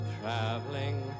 Traveling